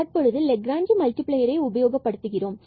தற்பொழுது நாம் லெக்லாஞ்சி மல்டிபிளேயரை உபயோகப்படுத்துகிறோம்